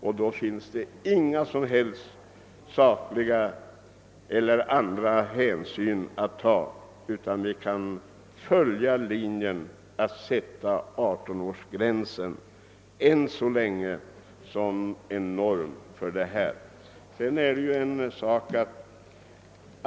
Därför finns det inga som helst sakliga skäl att avvika från den linjen, att 18-årsgränsen ännu så länge bör användas som en norm.